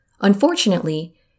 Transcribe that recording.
Unfortunately